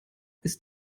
ist